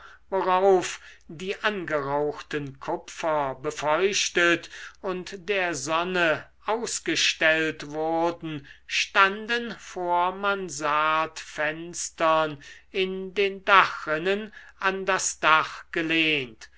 worauf die angerauchten kupfer befeuchtet und der sonne ausgestellt wurden standen vor mansardfenstern in den dachrinnen an das dach gelehnt